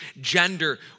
gender